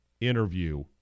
interview